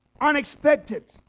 Unexpected